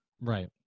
Right